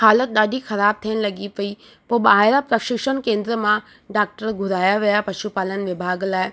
हालति ॾाढी ख़राबु थियनि लॻी पई पोइ ॿाहिरां पशुषण केंद्र मां डाक्टर घुरायां विया पशु पालन विभाग लाइ